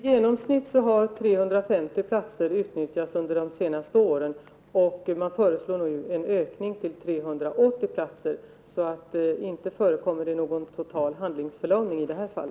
Herr talman! Under de senaste åren har i genomsnitt 350 platser utnyttjats. Man föreslår nu en ökning till 380 platser. Så inte förekommer det någon total handlingsförlamning i detta fall.